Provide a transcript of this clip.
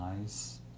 nice